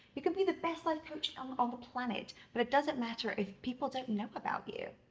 you can be the best life coach um on the planet but it doesn't matter if people don't know about you.